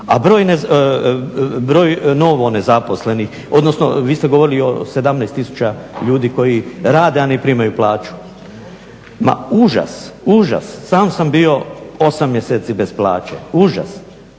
A broj novo nezaposlenih, odnosno vi ste govorili o 17 tisuća ljudi koji rade, a ne primaju plaću. Ma užas, užas. Sam sam bio 8 mjeseci bez plaće. Užas.